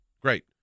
Great